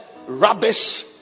rubbish